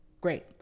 Great